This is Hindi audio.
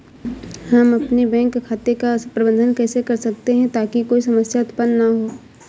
हम अपने बैंक खाते का प्रबंधन कैसे कर सकते हैं ताकि कोई समस्या उत्पन्न न हो?